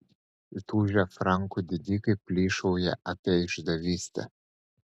įtūžę frankų didikai plyšauja apie išdavystę